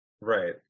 Right